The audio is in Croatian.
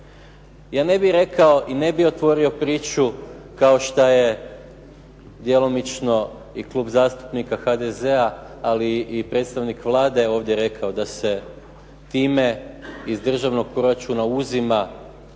Ja ne bih rekao i ne bih otvorio priču kao što je djelomično i Klub zastupnika HDZ-a, ali i predstavnik Vlade ovdje rekao da se time iz državnog proračuna uzima